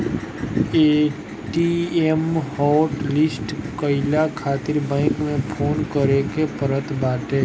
ATM hotlist कईला खातिर bank में फोन करे के पड़त बाटे